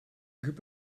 group